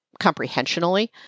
comprehensionally